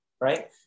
right